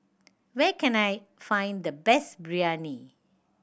where can I find the best Biryani